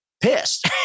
pissed